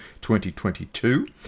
2022